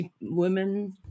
women